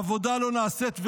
העבודה לא נעשית.